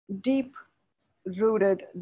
deep-rooted